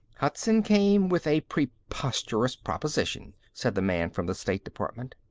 hudson came with a preposterous proposition, said the man from the state department.